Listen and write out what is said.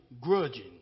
grudging